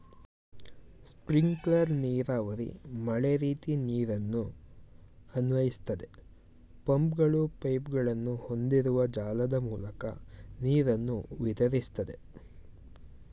sprinkler ನೀರಾವರಿ ಮಳೆರೀತಿ ನೀರನ್ನು ಅನ್ವಯಿಸ್ತದೆ ಪಂಪ್ಗಳು ಪೈಪ್ಗಳನ್ನು ಹೊಂದಿರುವ ಜಾಲದ ಮೂಲಕ ನೀರನ್ನು ವಿತರಿಸ್ತದೆ